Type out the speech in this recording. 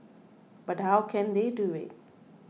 but how can they do it